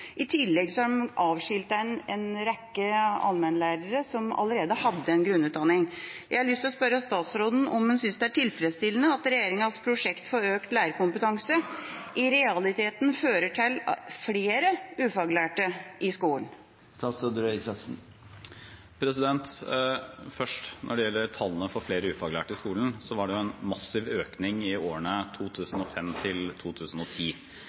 I tillegg har man avskiltet en rekke allmennlærere som allerede hadde en grunnutdanning. Jeg har lyst til å spørre statsråden om han synes det er tilfredsstillende at regjeringas prosjekt for økt lærerkompetanse i realiteten fører til flere ufaglærte i skolen. Når det gjelder tallene for flere ufaglærte i skolen, var det en massiv økning i årene